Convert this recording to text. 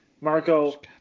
Marco